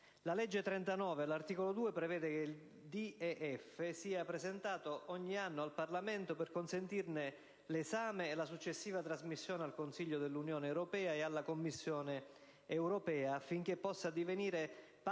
La legge n. 39, all'articolo 2, prevede che il DEF sia presentato ogni anno al Parlamento per consentirne l'esame e la successiva trasmissione al Consiglio dell'Unione europea ed alla Commissione europea, affinché possa divenire parte